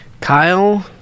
Kyle